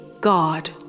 God